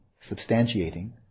substantiating